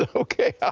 ah okay,